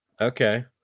Okay